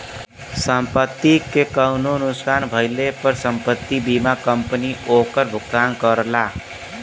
संपत्ति के कउनो नुकसान भइले पर संपत्ति बीमा कंपनी ओकर भुगतान करला